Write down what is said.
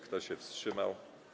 Kto się wstrzymał?